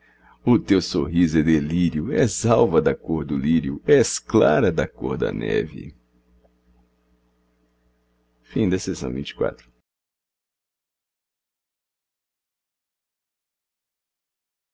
o teu sorriso é delírio és alva da cor do lírio és clara da cor da neve a